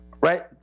Right